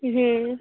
হুম